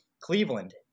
Cleveland